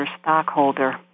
stockholder